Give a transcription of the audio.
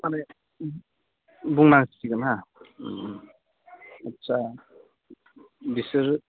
माने बुंनांसिगोन ना आस्सा बिसोर